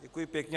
Děkuji pěkně.